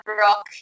rock